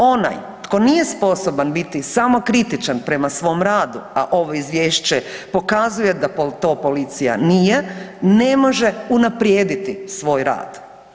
Onaj tko nije sposoban biti samokritičan prema svom radu, a ovo izvješće pokazuje da to policija nije ne može unaprijediti svoj rad.